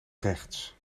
rechts